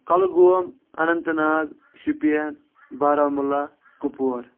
Kulgam Anantnag Shopian Baramulla Kupwara